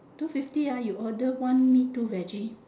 two fifty ah you order one meat two veggie